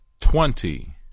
Twenty